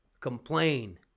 complain